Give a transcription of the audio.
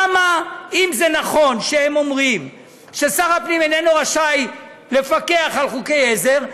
אם זה נכון שהם אומרים ששר הפנים איננו רשאי לפקח על חוקי עזר,